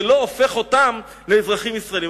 זה לא הופך אותם לאזרחים ישראלים.